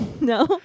No